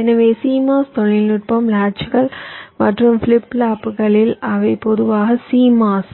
எனவே CMOS தொழில்நுட்பம் லாட்சுகள் மற்றும் ஃபிளிப் ஃப்ளாப்புகளில் அவை பொதுவாக CMOS